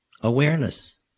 Awareness